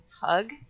hug